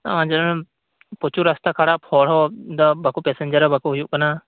ᱟᱨ ᱯᱨᱚᱪᱩᱨ ᱨᱟᱥᱛᱟ ᱠᱷᱟᱨᱟᱯ ᱦᱚᱲ ᱦᱚᱸ ᱯᱮᱥᱮᱧᱡᱟᱨ ᱦᱚᱸ ᱵᱟᱠᱚ ᱦᱩᱭᱩᱜ ᱠᱟᱱᱟ